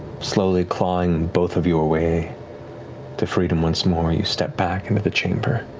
slowly clawing both of your way to freedom once more, you step back into the chamber